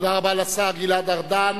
תודה רבה לשר גלעד ארדן.